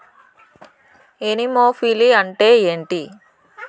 Anemophily అంటే ఏంటి?